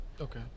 Okay